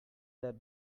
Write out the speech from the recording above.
that